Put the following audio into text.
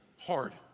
hard